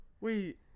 Wait